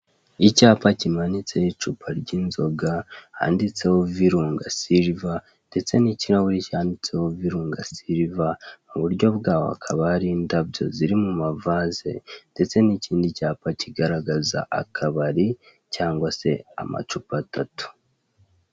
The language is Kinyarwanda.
Icyapa kimanitseho icupa ry'inzoga, handitseho virunga siriva, ndetse n'ikirahuri cyanditseho virunga siriva, mu buryo bwaho hakaba hari indabyo ziri mu mavaze, ndetse n'ikindi cyapa kigaragara akabari cyangwa se amacupa atatu.